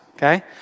Okay